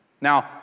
Now